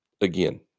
again